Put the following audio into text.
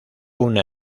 una